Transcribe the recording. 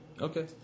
Okay